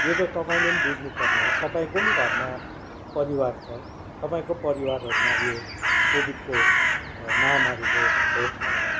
यो त तपाईँले पनि बुझ्नुपर्ने हो तपाईँको पनि घरमा परिवार छ तपाईँको परिवारहरूमा यो कोभिडको महामारीले छोड्न